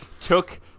took